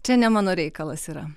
čia ne mano reikalas yra